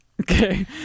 okay